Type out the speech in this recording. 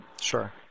Sure